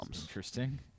Interesting